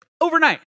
Overnight